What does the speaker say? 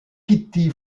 kitty